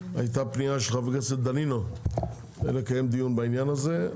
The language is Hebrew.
הייתה פנייה של חבר הכנסת דנינו לקיים דיון בעניין הזה.